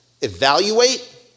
Evaluate